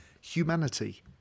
Humanity